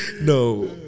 No